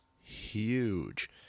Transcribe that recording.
huge